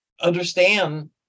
Understand